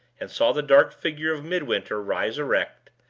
and saw the dark figure of midwinter rise erect,